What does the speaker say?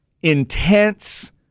intense